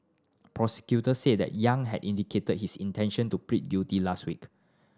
prosecutors said that Yang had indicated his intention to plead guilty last week